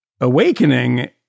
awakening